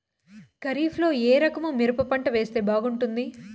ఖరీఫ్ లో ఏ రకము మిరప పంట వేస్తే బాగుంటుంది